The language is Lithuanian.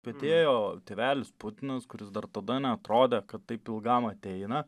atėjo tėvelis putinas kuris dar tada neatrodė kad taip ilgam ateina